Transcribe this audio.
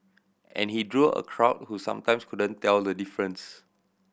and he drew a crowd who sometimes couldn't tell the difference